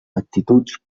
actituds